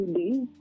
days